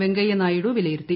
വെങ്കയ്യ നായിഡു വിലയിരുത്തി